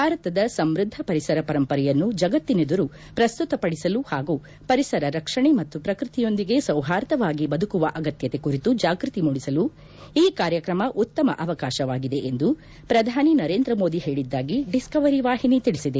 ಭಾರತದ ಸಮೃದ್ಧ ಪರಿಸರ ಪರಂಪರೆಯನ್ನು ಜಗತ್ತಿನೆದುರು ಪ್ರಸ್ತುತ ಪಡಿಸಲು ಹಾಗೂ ಪರಿಸರ ರಕ್ಷಣೆ ಮತ್ತು ಪ್ರಕೃತಿಯೊಂದಿಗೆ ಸೌಹಾರ್ದವಾಗಿ ಬದುಕುವ ಅಗತ್ಯತೆ ಕುರಿತು ಜಾಗೃತಿ ಮೂಡಿಸಲು ಈ ಕಾರ್ಯಕ್ರಮ ಉತ್ತಮ ಅವಕಾಶವಾಗಿದೆ ಎಂದು ಪ್ರಧಾನಿ ನರೇಂದ್ರ ಮೋದಿ ಹೇಳದ್ದಾಗಿ ಡಿಸ್ತವರಿ ವಾಹಿನಿ ತಿಳಿಸಿದೆ